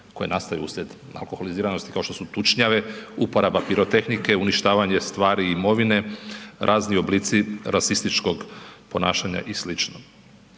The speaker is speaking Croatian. koje nastaju uslijed alkoholiziranosti kao što su tučnjave, uporaba pirotehnike, uništavanje stvari i imovine, razni oblici rasističkog ponašanja i